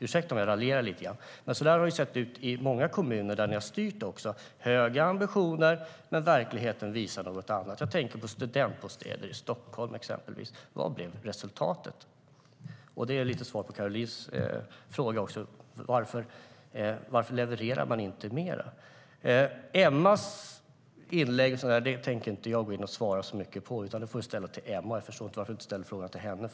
Ursäkta om jag raljerar lite grann, men så har det sett ut även i många kommuner där ni har styrt: Det har varit höga ambitioner, men verkligheten visar något annat. Jag tänker till exempel på studentbostäder i Stockholm. Vad blev resultatet? Det är också lite av ett svar på Carolines fråga varför man inte levererar mer. När det gäller Emmas inlägg tänker inte jag gå in och svara så mycket på frågan om det; den får du ställa till henne. Jag förstår inte varför du inte ställer frågan till henne.